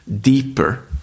deeper